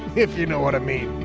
if you know what i mean.